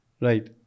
Right